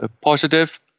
positive